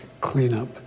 cleanup